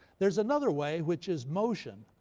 there's another way, which is motion.